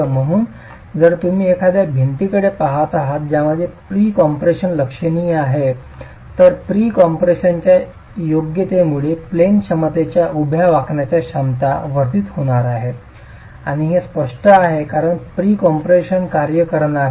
म्हणून जर तुम्ही एखाद्या भिंतीकडे पहात आहात ज्यामध्ये प्री कॉम्प्रेशन लक्षणीय आहे तर प्री कॉम्प्रेशनच्या योग्यतेमुळे प्लेन क्षमतेच्या उभ्या वाकण्याची क्षमता वर्धित होणार आहे आणि हे स्पष्ट आहे कारण प्री कम्प्रेशन कार्य करणार आहे